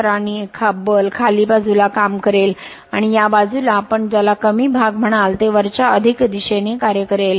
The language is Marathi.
तर आणि बल खाली बाजूला काम करेल आणि या बाजूला आपण ज्याला कमी भाग म्हणाल ते वरच्या अधिक दिशेने कार्य करेल